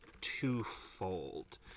twofold